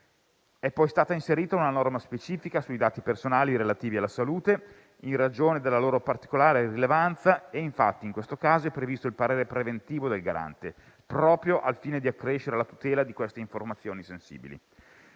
È poi stata inserita una norma specifica sui dati personali relativi alla salute in ragione della loro particolare rilevanza; infatti, in questo caso, è previsto il parere preventivo del Garante, proprio al fine di accrescere la tutela di queste informazioni sensibili.